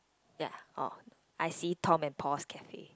ya oh I see Tom and Paul's Cafe